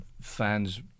fan's